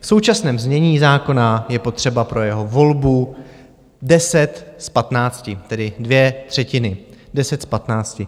V současném znění zákona je potřeba pro jeho volbu 10 z 15, tedy dvě třetiny, 10 z 15.